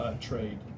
trade